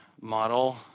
model